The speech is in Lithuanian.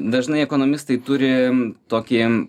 dažnai ekonomistai turi tokį